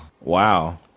Wow